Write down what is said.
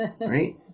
Right